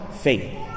faith